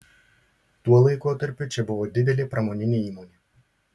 tuo laikotarpiu čia buvo didelė pramoninė įmonė